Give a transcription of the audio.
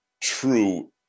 true